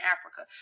Africa